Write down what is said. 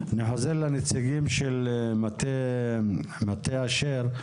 אני חוזר לנציגים של מטה אשר.